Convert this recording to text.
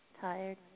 tired